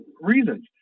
reasons